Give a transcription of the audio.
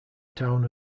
town